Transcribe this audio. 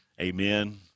amen